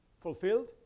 fulfilled